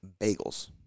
bagels